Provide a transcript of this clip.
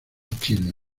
chile